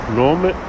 nome